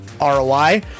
ROI